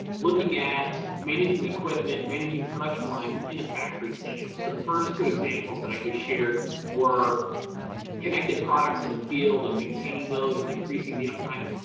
looking at managing equipment managing production lines in a factory setting. so the first two examples that i just shared, were connected products in the field and maintaining those and increasing the uptime.